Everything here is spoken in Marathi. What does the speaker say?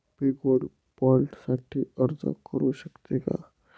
मी गोल्ड बॉण्ड साठी अर्ज करु शकते का?